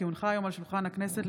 כי הונחו היום על שולחן הכנסת,